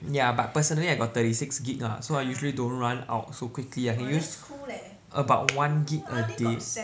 ya but personally I got thirty six gig lah so I usually don't run out so quickly I can use about one gig a day